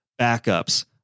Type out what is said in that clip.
backups